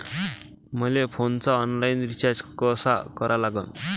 मले फोनचा online recharge कसा करा लागन?